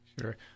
Sure